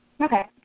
Okay